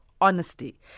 honesty